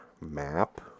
map